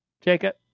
Jacob